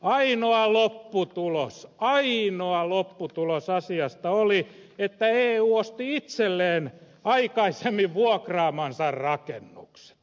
ainoa lopputulos ainoa lopputulos asiasta oli että eu osti itselleen aikaisemmin vuoraamansa rakennukset